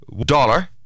dollar